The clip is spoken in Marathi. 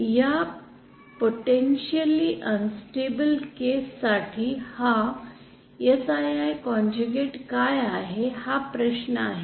या पोटेंशिअलि अनन्स्टॅबिल केस साठी हा Sii काय आहे हा प्रश्न आहे